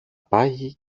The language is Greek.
πάγει